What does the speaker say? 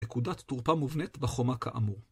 נקודת תורפה מובנית בחומה כאמור.